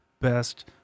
best